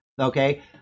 okay